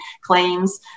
Claims